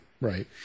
right